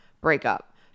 breakup